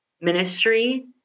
ministry